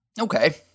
Okay